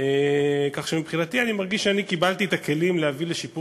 כך שמבחינתי אני מרגיש שקיבלתי את הכלים להביא לשיפור